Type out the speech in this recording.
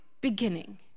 beginning